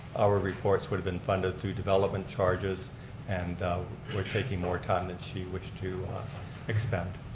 our reports would have been funded through development charges and we're taking more time that she wished to expend.